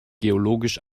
geologisch